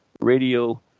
Radio